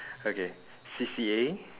okay C_C_A